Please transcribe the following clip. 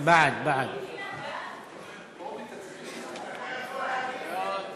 להעביר את הצעת חוק זכויות הדייר בדיור הציבורי